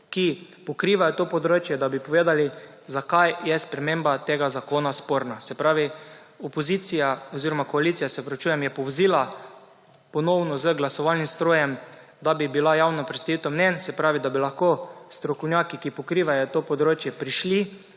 ki pokrivajo to področje, da bi povedali zakaj je sprememba tega zakona sporna. Se pravi, opozicija oziroma koalicija je povozila ponovno z glasovalnim strojem, da bi bila javna predstavitev mnenj, se pravi, da bi lahko strokovnjaki, ki pokrivajo to področje, prišli